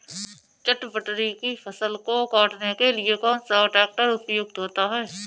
चटवटरी की फसल को काटने के लिए कौन सा ट्रैक्टर उपयुक्त होता है?